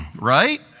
Right